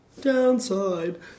Downside